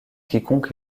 quiconque